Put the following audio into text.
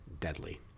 Deadly